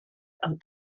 and